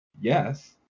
Yes